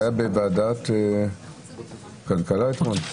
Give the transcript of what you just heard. זה היה בוועדת כלכלה אתמול.